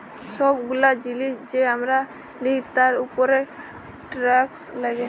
ছব গুলা জিলিস যে আমরা লিই তার উপরে টেকস লাগ্যে